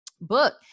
book